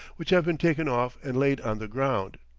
which have been taken off and laid on the ground.